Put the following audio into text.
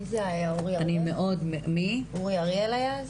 מי זה היה אז, אורי אריאל?